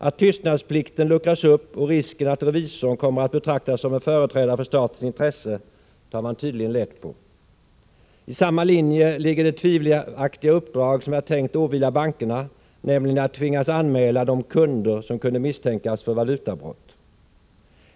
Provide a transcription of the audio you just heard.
Att tystnadsplikten luckras upp och att risk uppstår att revisorn kommer att betraktas som en företrädare för statens intressen tar man tydligen lätt på. I samma linje ligger det tvivelaktiga uppdrag som är tänkt att åvila bankerna, nämligen att tvingas anmäla de kunder som kunde misstänkas för valutabrott.